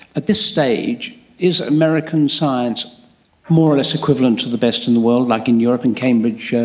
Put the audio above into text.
at this stage is american science more or less equivalent to the best in the world, like in europe and cambridge, yeah